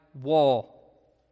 wall